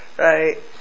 Right